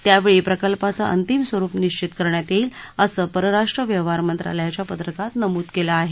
त्यावेळी प्रकल्पाचं अंतिम स्वरुप निश्वीत करण्यात येईल असं परराष्ट्र व्यवहार मंत्रालयाच्या पत्रकात नमूद केलं आहे